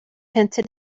hinted